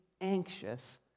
anxious